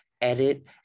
edit